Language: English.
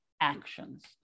actions